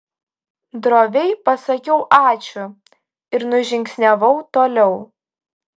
droviai pasakiau ačiū ir nužingsniavau toliau